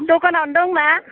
दखानावनो दं ना